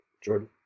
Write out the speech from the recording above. Jordan